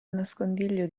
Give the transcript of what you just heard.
nascondiglio